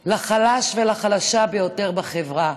לחלש ולחלשה ביותר בחברה.